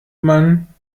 man